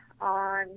on